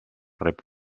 rep